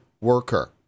worker